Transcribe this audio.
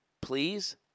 please